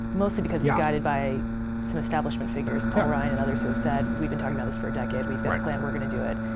mostly because he's guided by some establishment figures, paul ryan and others who said we've been talking about this for a decade we've got a plan we're going to do it.